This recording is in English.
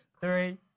Three